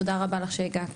תודה רבה שהגעת.